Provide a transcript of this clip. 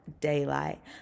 daylight